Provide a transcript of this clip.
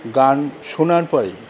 গান শোনার পরেই